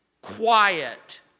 quiet